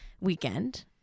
weekend